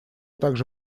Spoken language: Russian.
также